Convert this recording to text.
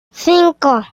cinco